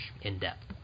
in-depth